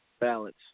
balance